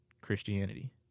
Christianity